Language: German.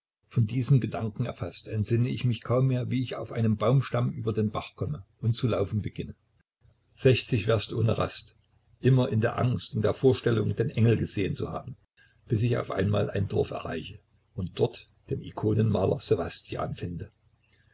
von diesem gedanken erfaßt entsinne ich mich kaum mehr wie ich auf einem baumstamm über den bach komme und zu laufen beginne sechzig werst ohne rast immer in der angst und der vorstellung den engel gesehen zu haben bis ich auf einmal ein dorf erreiche und dort den ikonenmaler ssewastjan finde